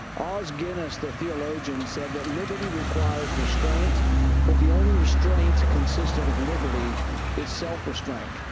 oz guinness, the theologian, said that liberty requires restraint but the only restraint consistent with liberty is self-restraint.